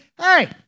hey